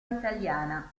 italiana